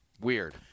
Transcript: Weird